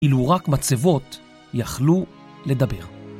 אילו רק מצבות יכלו לדבר.